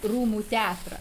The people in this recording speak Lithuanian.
rūmų teatrą